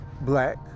black